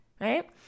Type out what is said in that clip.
Right